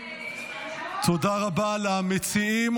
תודה רבה למציעים.